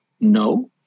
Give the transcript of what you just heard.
no